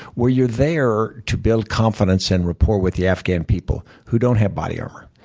well, you're there to build confidence and rapport with the afghan people, who don't have body armor,